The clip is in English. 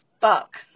fuck